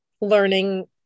learning